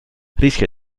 rischia